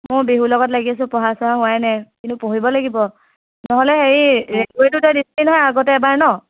মই বিহুৰ লগত লাগি আছোঁ পঢ়া চহা হোৱাই নাই কিন্তু পঢ়িব লাগিব নহ'লে হেৰি দিছিলি নহয় আগতে এবাৰ ন'